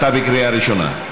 אתה בקריאה ראשונה.